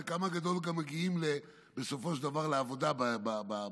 חלקם הגדול גם מגיעים בסופו של דבר לעבודה בדבר,